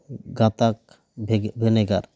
ᱜᱟᱛᱟᱠ ᱵᱷᱮᱱᱮᱜᱟᱨ